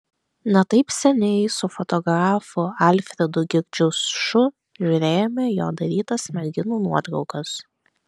ne taip seniai su fotografu alfredu girdziušu žiūrėjome jo darytas merginų nuotraukas